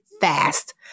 fast